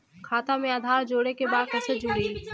खाता में आधार जोड़े के बा कैसे जुड़ी?